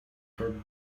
her